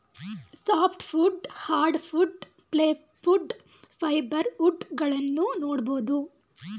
soft wood, hardwood, plywood, fibre wood ಗಳನ್ನೂ ನೋಡ್ಬೋದು